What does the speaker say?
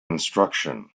instruction